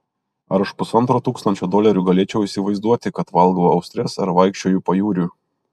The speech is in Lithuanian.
ar už pusantro tūkstančio dolerių galėčiau įsivaizduoti kad valgau austres ar vaikščioju pajūriu